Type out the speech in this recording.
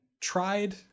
tried